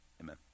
Amen